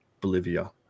Bolivia